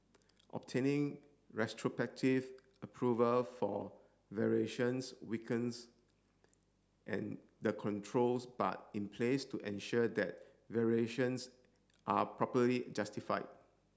obtaining retrospective approval for variations weakens an the controls but in place to ensure that variations are properly justified